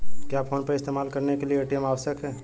क्या PhonePe app इस्तेमाल करने के लिए ए.टी.एम आवश्यक है?